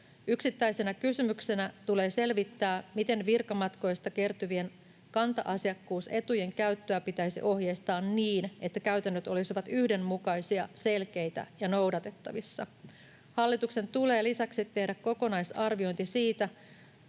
Yksittäisenä kysymyksenä tulee selvittää, miten virkamatkoista kertyvien kanta-asiakkuusetujen käyttöä pitäisi ohjeistaa niin, että käytännöt olisivat yhdenmukaisia, selkeitä ja noudatettavissa. Hallituksen tulee lisäksi tehdä kokonaisarviointi siitä,